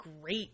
great